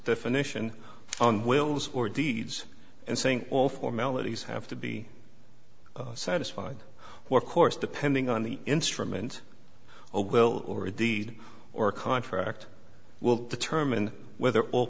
definition on wills or deeds and saying all formalities have to be satisfied or course depending on the instrument a will or a deed or contract will determine whether all